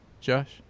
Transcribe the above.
Josh